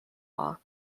law